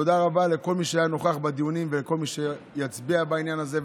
תודה רבה לכל מי שנכח בדיונים ולכל מי שיצביע בעניין הזה.